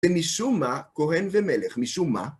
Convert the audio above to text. ומשום מה, כהן ומלך, משום מה,